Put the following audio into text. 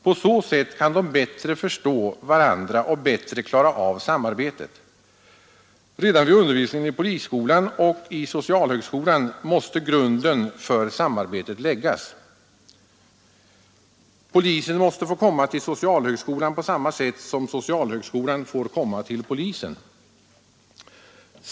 På så sätt kan dessa båda yrkesgrupper bättre förstå varandra och bättre klara av samarbetet. Redan vid undervisningen på polisskolan och på socialhögskolan måste grunden för samarbete läggas. Polisen måste få komma till socialhögskolan på samma sätt som socialhögskolan får komma till polisen.